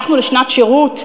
הלכנו לשנת שירות,